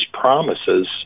promises